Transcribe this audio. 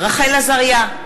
רחל עזריה,